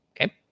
Okay